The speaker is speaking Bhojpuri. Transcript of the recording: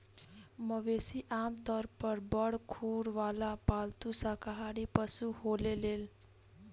मवेशी आमतौर पर बड़ खुर वाला पालतू शाकाहारी पशु होलेलेन